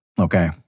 okay